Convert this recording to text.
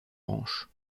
branches